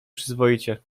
przyzwoicie